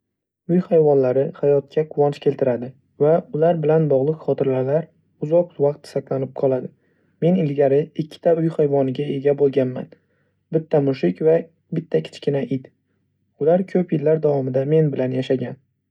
Uy hayvonlari hayotga quvonch keltiradi va ular bilan bog‘liq xotiralar uzoq vaqt saqlanib qoladi. Men ilgari ikkita uy hayvoniga ega bo‘lganman, bitta mushuk va bitta kichkina it. Ular ko‘p yillar davomida men bilan yashagan.